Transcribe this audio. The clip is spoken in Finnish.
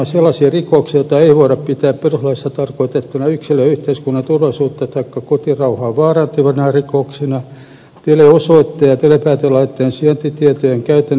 on sellaisia rikoksia joita ei voida pitää perustuslaissa tarkoitettuina yksilön ja yhteiskunnan turvallisuutta taikka kotirauhaa vaarantavina rikoksina teleosoitteen ja telepäätelaitteen sijaintitietojen käytön edellytyksiksi